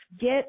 get